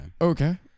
Okay